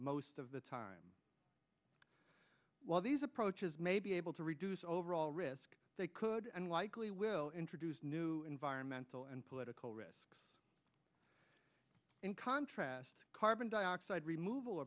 most of the time while these approaches may be able to reduce overall risk they could and likely will introduce new environmental and political risks in contrast carbon dioxide remov